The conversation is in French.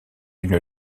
une